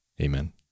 Amen